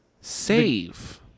save